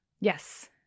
Yes